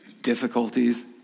difficulties